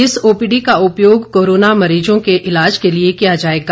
इस ओपीडी का उपयोग कोरोना मरीजों के ईलाज के लिए किया जाएगा